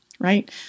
Right